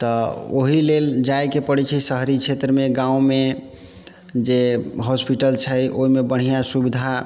तऽ ओहि लेल जाइके पड़ै छै शहरी क्षेत्रमे गाममे जे हॉस्पिटल छै ओहिमे बढ़िआँ सुविधा